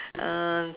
uh